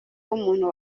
w’umuntu